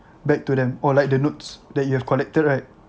back to them or like the notes that you have collected right